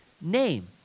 name